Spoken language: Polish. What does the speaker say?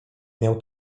miał